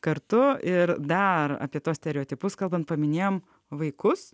kartu ir dar apie tuos stereotipus kalbant paminėjome vaikus